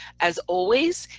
as always,